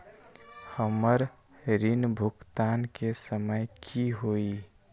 हमर ऋण भुगतान के समय कि होई?